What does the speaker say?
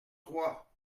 trois